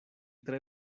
tre